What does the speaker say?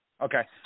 Okay